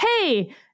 Hey